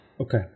Okay